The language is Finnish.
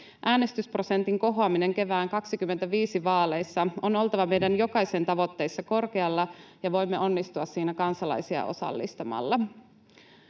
Äänestysprosentin kohoamisen kevään 25 vaaleissa on oltava meidän jokaisen tavoitteissa korkealla, ja voimme onnistua siinä kansalaisia osallistamalla.